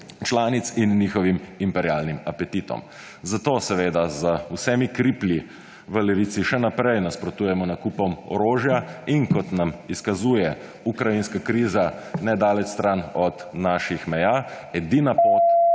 članic in njihovim imperialnim apetitom. Zato seveda z vsemi kriplji v Levici še naprej nasprotujemo nakupom orožja. In kot nam izkazuje ukrajinska kriza nedaleč stran od naših meja, edina pot